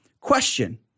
Question